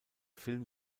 film